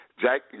Jack